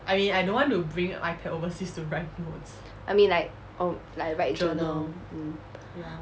I mean like um like write journal mm